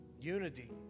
unity